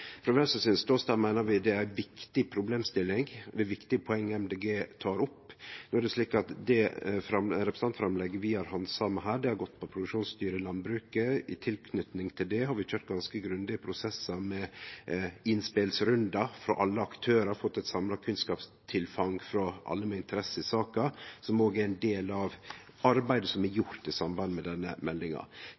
Frå Venstres ståstad meiner vi det er ei viktig problemstilling med viktige poeng som Miljøpartiet Dei Grøne tek opp. No er det slik at det representantframlegget vi har handsama her, har gått på produksjonsdyr i landbruket. I tilknyting til det har vi køyrt ganske grundige prosessar med innspelsrundar frå alle aktørar og fått eit samla kunnskapstilfang frå alle med interesse i saka, noko som òg er ein del av arbeidet som er gjort i samband med denne meldinga.